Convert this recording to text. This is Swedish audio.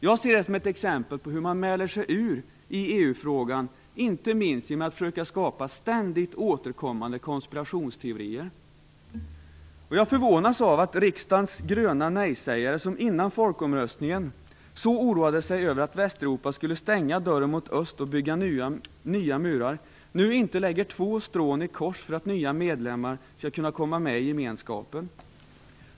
Jag ser detta som ett exempel på hur man mäler sig ur i EU-frågan, inte minst genom att försöka att skapa ständigt återkommande konspirationsteorier. Jag förvånas av att riksdagens gröna nej-sägare, som innan folkomröstningen så oroade sig över att Västeuropa skulle stänga dörren mot öst och bygga nya murar, nu inte lägger två strån i kors för att nya medlemmar skall kunna komma med i gemenskapen.